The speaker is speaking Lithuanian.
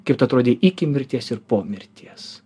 kaip tu atrodei iki mirties ir po mirties